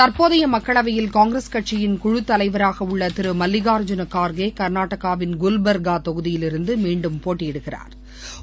தற்போதைய மக்களவையில் காங்கிரஸ் கடசியின் குழுத்தலைவராக உள்ள திரு மல்லிகா அர்ஜூன கார்கே கா்நாடாகவின் குல்பா்கா தொகுதியிலிருந்து மீண்டும் போட்டியிடுகிறாா்